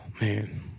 man